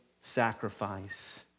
sacrifice